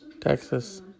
Texas